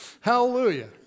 hallelujah